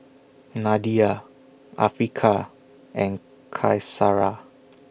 Nadia Afiqah and Qaisara